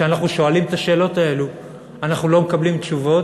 כשאנחנו שואלים את השאלות האלה אנחנו לא מקבלים תשובות,